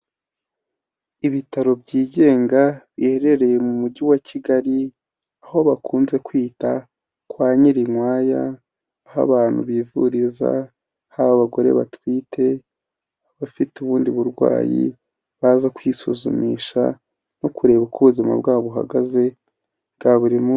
Ibitaro byigenga biherereye mu mujyi wa Kigali, aho bakunze kwita kwa Nyirinkwaya aho abantu bivuriza, haba abagore batwite, abafite ubundi burwayi baza kwisuzumisha no kureba uko ubuzima bwabo buhagaze bwa buri munsi.